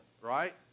right